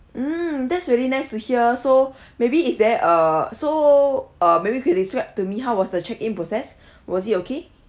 mm that's really nice to hear so maybe is there err so uh maybe you can describe to me how was the check in process was it okay